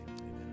Amen